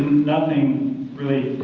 nothing really